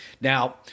Now